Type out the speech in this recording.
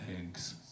eggs